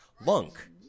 Lunk